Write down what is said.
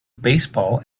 baseball